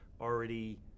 already